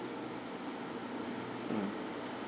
mm